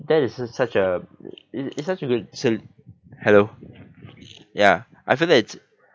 that is su~ such a it it's such a good sol~ hello ya I feel that it's